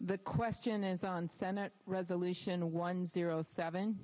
the question is on senate resolution one zero seven